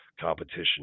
competition